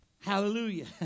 Hallelujah